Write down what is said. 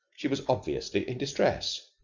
she was obviously in distress.